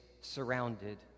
surrounded